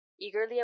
eagerly